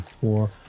four